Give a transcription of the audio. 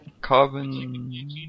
Carbon